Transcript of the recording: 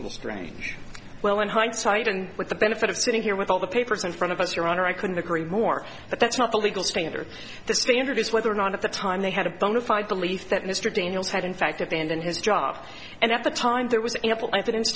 the strange well in hindsight and with the benefit of sitting here with all the papers in front of us your honor i couldn't agree more but that's not the legal standard the standard is whether or not at the time they had a bona fide belief that mr daniels had in fact and in his job and at the time there was ample evidence